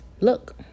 look